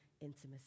intimacy